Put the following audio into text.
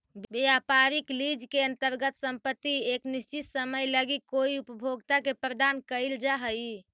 व्यापारिक लीज के अंतर्गत संपत्ति एक निश्चित समय लगी कोई उपभोक्ता के प्रदान कईल जा हई